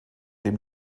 dem